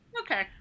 Okay